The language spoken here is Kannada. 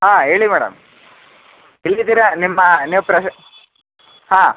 ಹಾಂ ಹೇಳಿ ಮೇಡಮ್ ಎಲ್ಲಿದ್ದೀರಾ ನಿಮ್ಮ ನೀವು ಪ್ರಾ ಹಾಂ